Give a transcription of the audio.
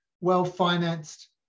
well-financed